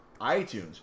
iTunes